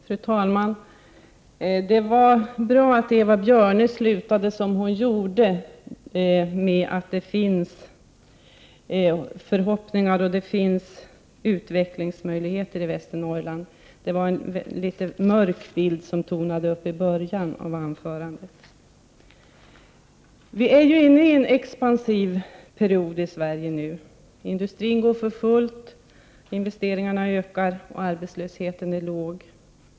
Fru talman! Det var bra att Eva Björne avslutade sitt anförande på det sätt hon gjorde. Det finns förhoppningar och det finns utvecklingsmöjligheter i Västernorrland. Det var en något mörk bild som tornade upp i början av anförandet. Sverige är nu inne i en expansiv period, industrin går för fullt, investering arna ökar och arbetslösheten är låg.